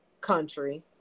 country